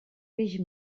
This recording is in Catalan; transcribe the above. peix